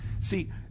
see